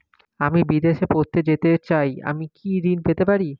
আমি বিদেশে পড়তে যেতে চাই আমি কি ঋণ পেতে পারি?